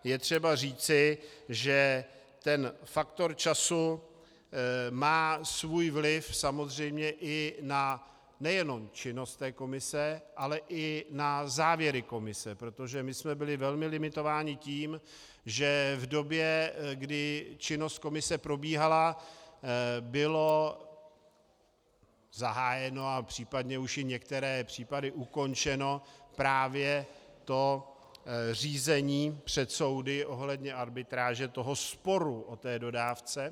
Je třeba říci, že ten faktor času má svůj vliv samozřejmě nejenom na činnost komise, ale i na závěry komise, protože my jsme byli velmi limitováni tím, že v době, kdy činnost komise probíhala, bylo zahájeno a případně už i v některých případech ukončeno právě řízení před soudy ohledně arbitráže, sporu o té dodávce.